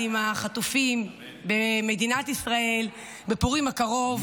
עם החטופים במדינת ישראל בפורים הקרוב.